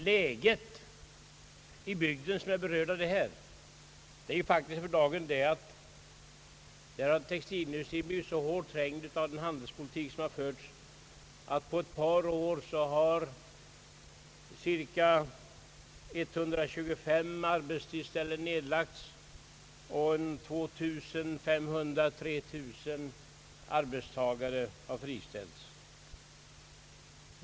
Läget i den bygd som berörs av detta är faktiskt för dagen det, att textilindustrin blivit så hårt trängd av den förda handelspolitiken att 125 arbetsplatser nedlagts på ett par år och 2 500—53 000 arbetstagare friställts.